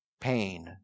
pain